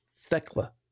thecla